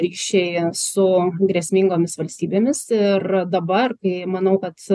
ryšiai su grėsmingomis valstybėmis ir dabar kai manau kad